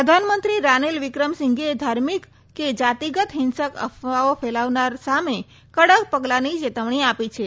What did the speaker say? પ્રધાનમંત્રી રાનીલ વિક્રમસિંઘેએ ધાર્મિક કે જાતિગત હિંસક અફવાઓ ફેલાવનાર સામે કડક પગલાંની ચેતવણી આપી છે